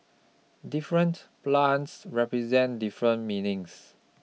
different plants represent different meanings